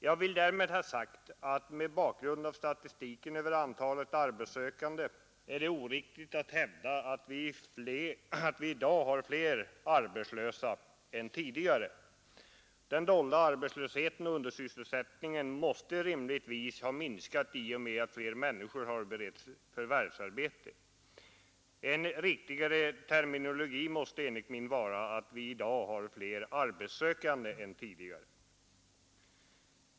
Jag vill därmed ha sagt att det mot bakgrund av statistiken över antalet arbetssökande är oriktigt att hävda att vi har fler arbetslösa i dag än tidigare. Den dolda arbetslösheten och undersysselsättningen måste rimligtvis ha minskat i och med att fler människor har beretts förvärvsarbete. En riktigare terminologi måste enligt min mening vara att vi i dag har fler arbetssökande än tidigare.